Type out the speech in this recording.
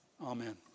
Amen